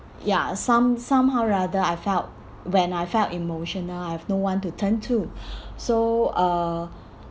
ya some~ somehow rather I felt when I felt emotional I have no one to turn to so uh